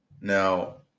now